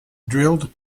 drilled